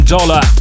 Dollar